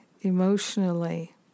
emotionally